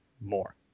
more